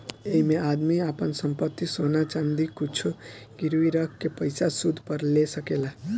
ऐइमे आदमी आपन संपत्ति, सोना चाँदी कुछु गिरवी रख के पइसा सूद पर ले सकेला